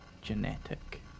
genetic